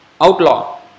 outlaw